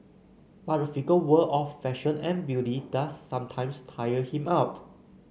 but the fickle world of fashion and beauty does sometimes tire him out